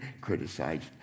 criticized